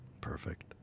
perfect